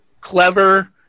clever